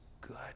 good